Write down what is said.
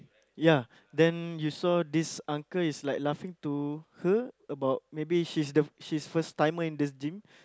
ya then you saw this uncle is like laughing to her about maybe she's the she's first timer in the gym